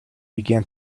began